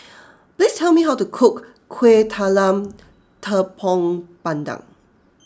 please tell me how to cook Kueh Talam Tepong Pandan